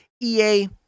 EA